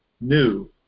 new